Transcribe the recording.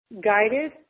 guided